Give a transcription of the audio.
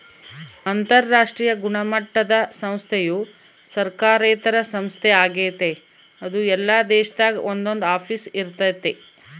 ಅಂತರಾಷ್ಟ್ರೀಯ ಗುಣಮಟ್ಟುದ ಸಂಸ್ಥೆಯು ಸರ್ಕಾರೇತರ ಸಂಸ್ಥೆ ಆಗೆತೆ ಅದು ಎಲ್ಲಾ ದೇಶದಾಗ ಒಂದೊಂದು ಆಫೀಸ್ ಇರ್ತತೆ